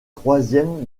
troisième